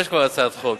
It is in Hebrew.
שיש כבר הצעת חוק.